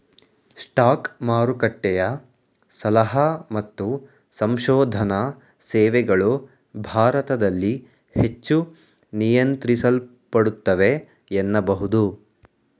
stock ಮಾರುಕಟ್ಟೆಯ ಸಲಹಾ ಮತ್ತು ಸಂಶೋಧನಾ ಸೇವೆಗಳು ಭಾರತದಲ್ಲಿ ಹೆಚ್ಚು ನಿಯಂತ್ರಿಸಲ್ಪಡುತ್ತವೆ ಎನ್ನಬಹುದು